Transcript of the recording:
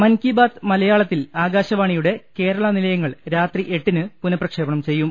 മൻകിബാത് മല്പയാളത്തിൽ ആകാശവാണിയുടെ കേരള നിലയങ്ങൾ രാത്രി എട്ടിന് പുനപ്രക്ഷേപണം ചെയ്യും